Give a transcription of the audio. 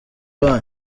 banyu